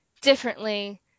differently